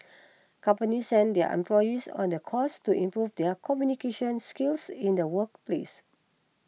companies send their employees on the course to improve their communication skills in the workplace